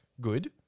good